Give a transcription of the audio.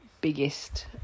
biggest